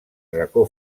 racó